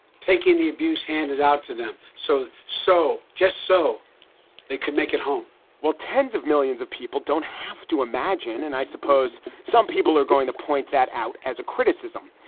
taking the abuse handed out to them. so. so just so they can make it home well, tens of millions of people don't have to imagine. and i suppose some people are going to point that out as a criticism.